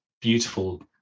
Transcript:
beautiful